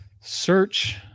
Search